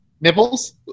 nipples